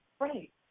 Right